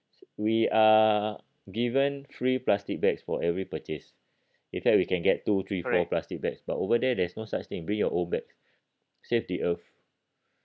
we are given free plastic bags for every purchase in fact we can get two three four plastic bags but over there there's no such thing bring your own bag save the earth